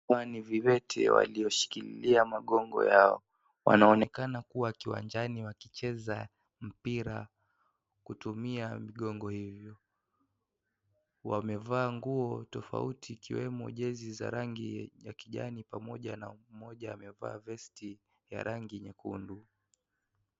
Hawa ni viwete walioshikilia magongo yao, wanaonekana kuwa kiwanjani wakicheza mpira kutumia vigongo hivyo, wamevaa nguo tofauti ikiwemo jezi za rangi ya kijani pamoja na mmoja amevaa vesti ya rangi nyekundu.